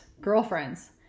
girlfriends